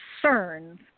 concerns